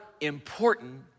important